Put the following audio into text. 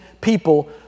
people